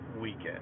weekend